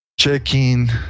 Checking